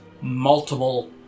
multiple